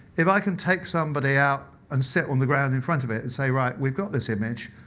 if i can take somebody out and sit on the ground in front of it, and say right, we've got this image,